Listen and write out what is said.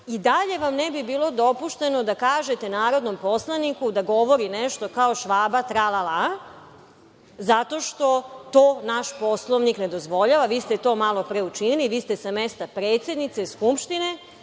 i dalje vam ne bi bilo dopušteno da kažete narodnom poslaniku da govori nešto kao „Švaba tra-la-la“, zato što to naš Poslovnik ne dozvoljava. Vi ste to malo pre učinili. Vi ste sa mesta predsednice Skupštine